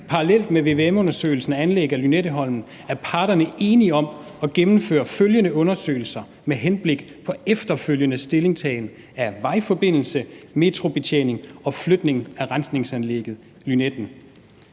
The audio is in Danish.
»Parallelt med VVM-undersøgelsen af anlæg af Lynetteholmen er parterne enige om at gennemføre følgende undersøgelser med henblik på efterfølgende stillingtagen« af vejforbindelse, metrobetjening og flytning af rensningsanlægget Lynetten.